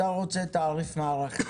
אתה רוצה תעריף מערכתי.